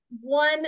one